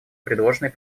предложенной